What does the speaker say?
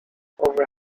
over